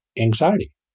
anxiety